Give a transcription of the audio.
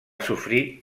sofrir